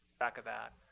back of that,